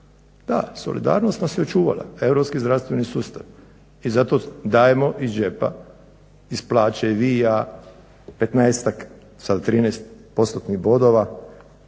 Da, solidarnost nas je očuvala, europski zdravstveni sustav. I zato dajemo iz džepa, iz plaće i vi i ja petnaestak, sada 13 postotnih bodova